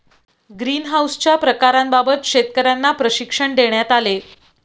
ग्रीनहाउसच्या प्रकारांबाबत शेतकर्यांना प्रशिक्षण देण्यात आले